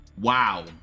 wow